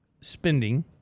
spending